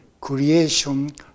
creation